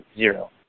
zero